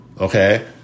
okay